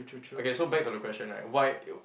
okay so back to the question right why